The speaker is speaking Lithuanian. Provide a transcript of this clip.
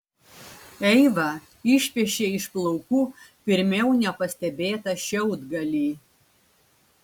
eiva išpešė iš plaukų pirmiau nepastebėtą šiaudgalį